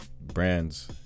brands